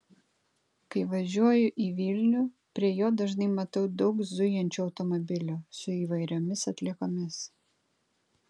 kai važiuoju į vilnių prie jo dažnai matau daug zujančių automobilių su įvairiomis atliekomis